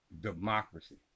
democracy